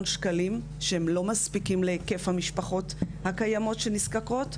שקלים שהם לא מספיקים להיקף המשפחות הקיימות שנזקקות,